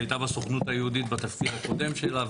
עוד כשהייתה בסוכנות היהודית בתפקיד הקודם שלה,